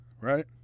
Right